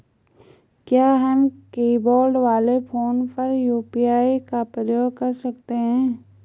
क्या हम कीबोर्ड वाले फोन पर यु.पी.आई का प्रयोग कर सकते हैं?